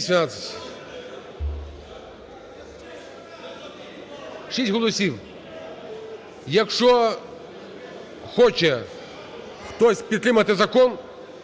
6 голосів. Якщо хоче хтось підтримати закон,